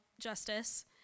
Justice